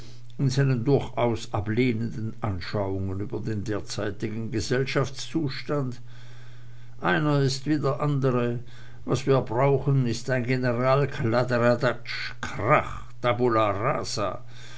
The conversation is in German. durchaus ablehnenden anschauungen über den derzeitigen gesellschaftszustand einer ist wie der andre was wir brauchen is ein generalkladderadatsch krach tabula rasa